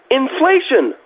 inflation